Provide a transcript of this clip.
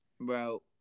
Bro